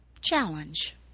challenge